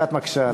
ואת מקשה עלי.